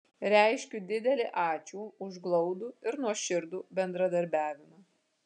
reiškiu didelį ačiū už glaudų ir nuoširdų bendradarbiavimą